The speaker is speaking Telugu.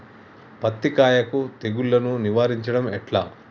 పత్తి కాయకు తెగుళ్లను నివారించడం ఎట్లా?